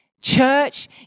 church